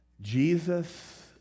Jesus